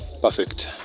Perfect